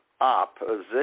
opposition